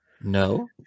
No